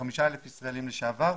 35,000 ישראלים לשעבר.